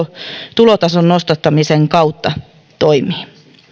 tulotason nostattamisen kautta toimii